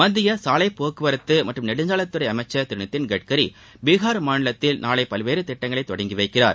மத்திய சாலைப்போக்குவரத்து மற்றும் நெடுஞ்சாலைத்துறை அமைச்சர் திம நிதின்கட்கரி பீஹார் மாநிலத்தில் நாளை பல்வேறு திட்டங்களை தொடங்கி வைக்கிறார்